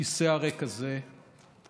הכיסא הריק הזה כואב.